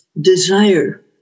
desire